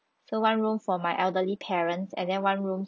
so one room for my elderly parents and then one room